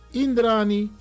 indrani